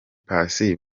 paccy